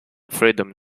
freedom